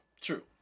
True